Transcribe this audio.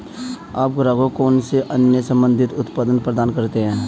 आप ग्राहकों को कौन से अन्य संबंधित उत्पाद प्रदान करते हैं?